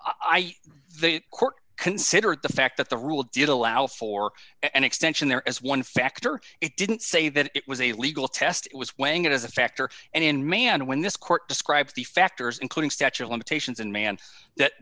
e the court considered the fact that the rule did allow for an extension there is one factor it didn't say that it was a legal test it was weighing it as a factor and in man when this court describes the factors including statute of limitations in man that